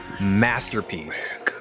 masterpiece